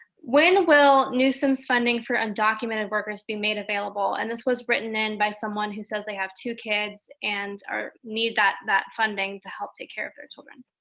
when will newsome's funding for undocumented workers be made available? and this was written in by someone who says they have two kids and need that that funding to help take care of their children.